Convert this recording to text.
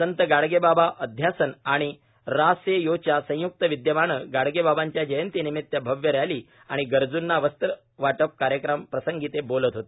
संत गाडगे बाबा अध्यासन व रासेयोच्या संयुक्त विदयमाने गाडगे बाबांच्या जयंतीनिमित्त भव्य रॅली व गरजूंना वस्त्र वाटप कार्यक्रम प्रसंगी ते बोलत होते